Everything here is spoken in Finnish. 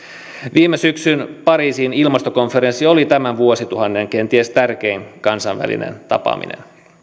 viime syksyn pariisin ilmastokonferenssi oli tämän vuosituhannen kenties tärkein kansainvälinen tapaaminen